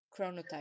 chronotype